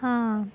हां